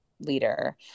leader